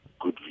good